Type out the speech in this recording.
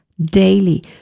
daily